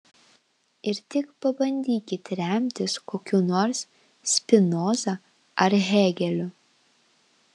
ir tik pabandykit remtis kokiu nors spinoza ar hėgeliu